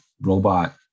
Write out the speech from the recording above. robot